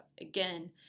Again